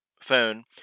phone